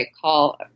call